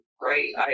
great